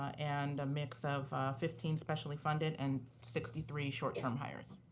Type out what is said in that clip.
and a mix of fifteen special funded, and sixty three short-term hires.